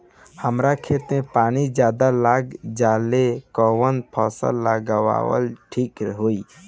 हमरा खेत में पानी ज्यादा लग जाले कवन फसल लगावल ठीक होई?